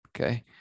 okay